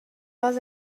was